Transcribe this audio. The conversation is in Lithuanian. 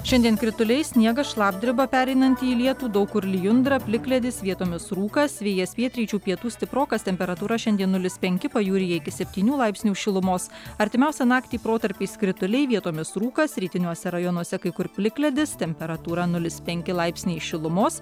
šiandien krituliai sniegas šlapdriba pereinanti į lietų daug kur lijundra plikledis vietomis rūkas vėjas pietryčių pietų stiprokas temperatūra šiandien nulis penki pajūryje iki septynių laipsnių šilumos artimiausią naktį protarpiais krituliai vietomis rūkas rytiniuose rajonuose kai kur plikledis temperatūra nulis penki laipsniai šilumos